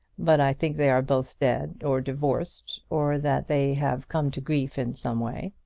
but i think they are both dead or divorced, or that they have come to grief in some way.